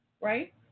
right